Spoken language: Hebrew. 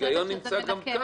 ההיגיון נמצא גם כאן.